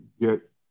get